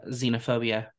xenophobia